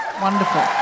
Wonderful